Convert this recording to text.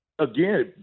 Again